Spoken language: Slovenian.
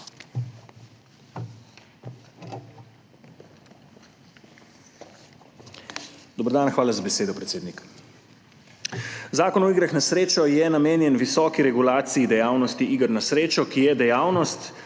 Dober dan. Hvala za besedo, predsednik. Zakon o igrah na srečo je namenjen visoki regulaciji dejavnosti iger na srečo, ki je dejavnost,